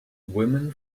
women